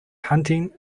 hunting